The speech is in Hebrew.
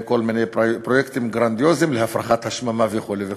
כל מיני פרויקטים גרנדיוזיים להפרחת השממה וכו'.